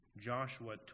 Joshua